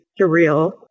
surreal